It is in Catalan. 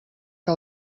que